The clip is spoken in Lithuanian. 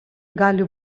gali